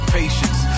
patience